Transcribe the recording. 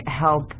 help